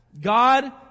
God